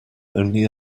only